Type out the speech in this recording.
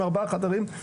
ארבעה חדרים,